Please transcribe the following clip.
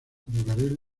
ferrocarril